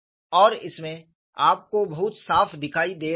और इसमें आपको बहुत साफ दिखाई दे रहा है